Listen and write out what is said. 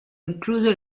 incluso